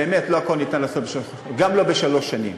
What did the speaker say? באמת, לא הכול ניתן, וגם לא בשלוש שנים,